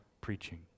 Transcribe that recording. preaching